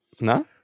No